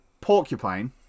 porcupine